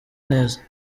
neza